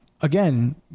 Again